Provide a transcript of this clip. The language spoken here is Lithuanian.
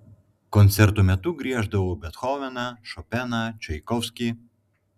koncertų metu grieždavau bethoveną šopeną čaikovskį